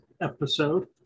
episode